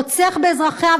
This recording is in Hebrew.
רוצחת באזרחיה,